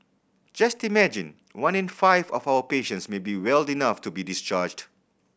just imagine one in five of our patients may be well enough to be discharged